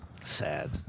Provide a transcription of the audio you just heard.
Sad